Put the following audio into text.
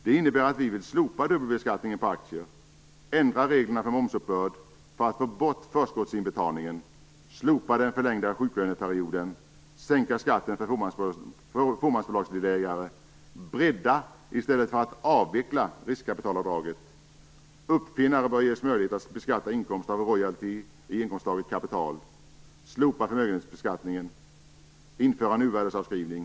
Det innebär att vi vill slopa dubbelbeskattningen på aktier, ändra reglerna för momsuppbörd för att få bort förskottsinbetalningen, slopa den förlängda sjuklöneperioden, sänka skatten för fåmansbolagsdelägare och bredda i stället för avveckla riskkapitalavdraget. Uppfinnare bör ges möjlighet att beskatta inkomster av royalty i inkomstslaget kapital. Vidare vill vi slopa förmögenhetsbeskattningen och införa nuvärdesavskrivning.